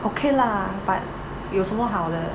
okay lah but 有什么好的